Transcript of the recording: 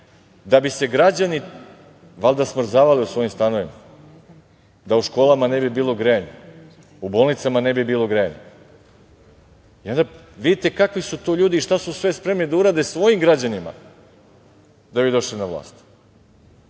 da bi se građani valjda, smrzavali u svojim stanovima, da u školama ne bi bilo grejanja, u bolnicama ne bi bilo grejanja. Onda vidite kakvi su to ljudi, šta su spremni da urade svojim građanima, da bi došli na vlast.